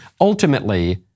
Ultimately